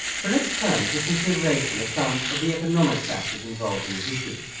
so let's turn to a consideration of some of the economic factors involved in this issue.